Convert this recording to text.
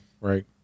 right